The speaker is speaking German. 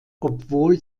obwohl